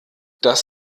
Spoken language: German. dass